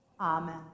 Amen